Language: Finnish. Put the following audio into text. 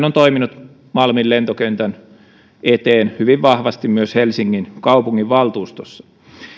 on toiminut malmin lentokentän eteen hyvin vahvasti myös helsingin kaupunginvaltuustossa